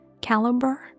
caliber